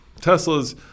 Teslas